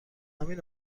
همین